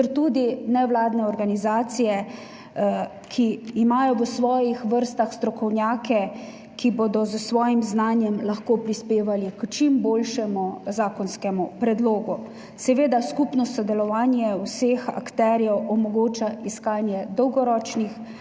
ter tudi nevladne organizacije, ki imajo v svojih vrstah strokovnjake, ki bodo s svojim znanjem lahko prispevali k čim boljšemu zakonskemu predlogu. Seveda skupno sodelovanje vseh akterjev omogoča iskanje dolgoročnih